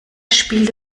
spielt